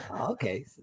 Okay